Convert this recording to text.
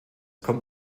kommt